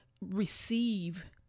receive